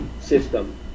system